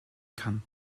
kann